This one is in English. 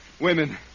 women